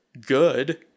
good